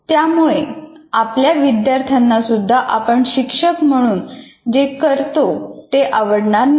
त्यामुळे आपल्या विद्यार्थ्यांना सुद्धा आपण शिक्षक म्हणून जे करतो ते आवडणार नाही